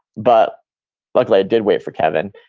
but luckily i did wait for kevin.